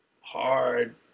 hard